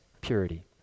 purity